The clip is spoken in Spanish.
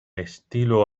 estilo